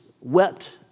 wept